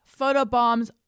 photobombs